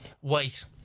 White